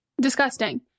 Disgusting